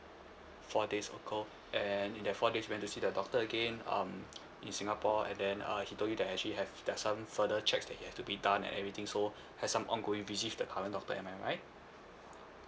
four days ago and in that four days when you see the doctor again um in singapore and then uh he told you that actually have there's some further checks that you have to be done and everything so has some ongoing visit with the current doctor am I right